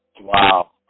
Wow